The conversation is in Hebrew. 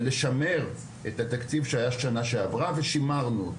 זה לשמר את התקציב שהיה בשנה שעברה ושימרנו אותו.